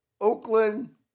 Oakland